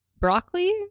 broccoli